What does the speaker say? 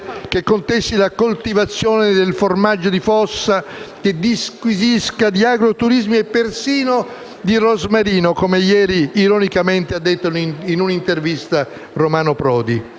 che contesti la produzione del formaggio di fossa, che disquisisca di agriturismi e persino di rosmarino, come ieri, ironicamente, ha detto in un'intervista Romano Prodi.